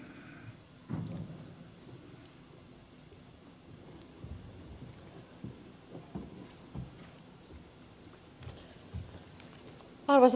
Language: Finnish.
arvoisa puhemies